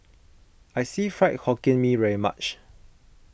I see Fried Hokkien Mee very much